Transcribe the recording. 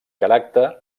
caràcter